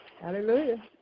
Hallelujah